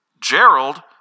Gerald